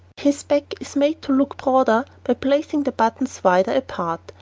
his back is made to look broader by placing the buttons wider apart,